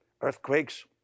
Earthquakes